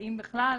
אם בכלל,